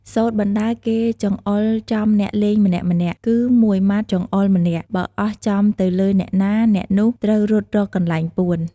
សូត្របណ្តើរ គេចង្អុលចំអ្នកលេងម្នាក់ៗ គឺមួយម៉ាត់ចង្អុលម្នាក់ បើអស់ចំទៅលើអ្នកណា អ្នកនោះត្រូវរត់រកកន្លែងពួន។